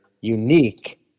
unique